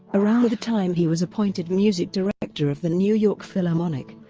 around the the time he was appointed music director of the new york philharmonic,